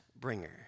bringer